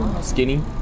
skinny